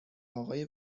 آقای